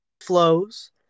Flows